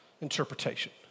interpretation